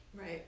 right